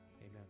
amen